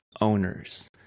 owners